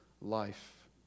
life